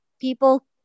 people